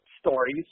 stories